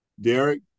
Derek